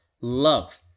love